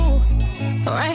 Right